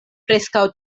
preskaŭ